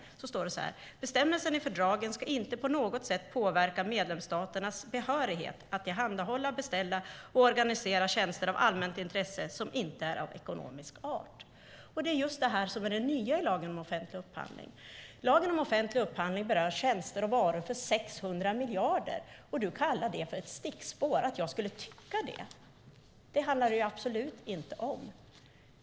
Så här står det: "Bestämmelsen i fördraget ska inte på något sätt påverka medlemsstaternas behörighet att tillhandahålla, beställa och organisera tjänster av allmänt intresse som inte är av ekonomisk art." Det är just det som är det nya i lagen om offentlig upphandling. Lagen om offentlig upphandling berör varor och tjänster för 600 miljarder, och Stefan Attefall säger att jag tycker att det är ett stickspår. Det handlar det definitivt inte om.